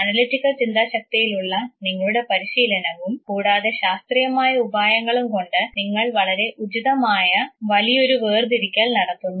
analytical ചിന്താശക്തിയിലുള്ള നിങ്ങളുടെ പരിശീലനവും കൂടാതെ ശാസ്ത്രീയമായ ഉപായങ്ങളും കൊണ്ട് നിങ്ങൾ വളരെ ഉചിതമായ വലിയ ഒരു വേർതിരിക്കൽ നടത്തുന്നു